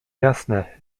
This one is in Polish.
jasne